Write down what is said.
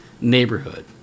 Neighborhood